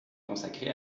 consacré